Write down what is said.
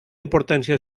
importància